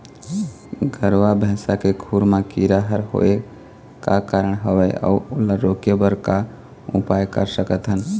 गरवा भैंसा के खुर मा कीरा हर होय का कारण हवए अऊ ओला रोके बर का उपाय कर सकथन?